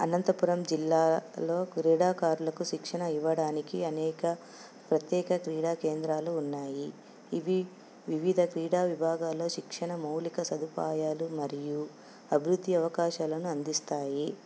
అనంతపురం జిల్లాలో క్రీడాకారులకు శిక్షణ ఇవ్వడానికి అనేక ప్రత్యేక క్రీడా కేంద్రాలు ఉన్నాయి ఇవి వివిధ క్రీడా విభాగాలు శిక్షణ మౌలిక సదుపాయాలు మరియు అభివృద్ధి అవకాశాలను అందిస్తాయి